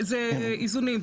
זה איזונים.